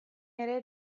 ere